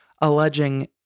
alleging